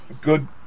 good